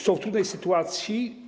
Są w trudnej sytuacji.